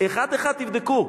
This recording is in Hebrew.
אחד-אחד תבדקו.